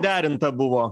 derinta buvo